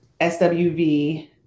SWV